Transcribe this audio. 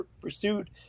pursued